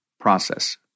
process